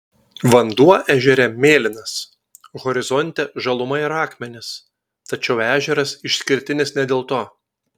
vanduo ežere mėlynas horizonte žaluma ir akmenys tačiau ežeras išskirtinis ne dėl to